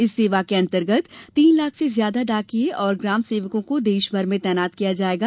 इस सेवा के अंतर्गत तीन लाख से ज्यादा डाकिये और ग्राम सेवकों को देशभर में तैनात किया जाएगा